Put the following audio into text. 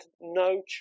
no